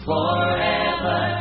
Forever